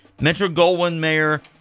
Metro-Goldwyn-Mayer